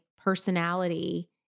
personality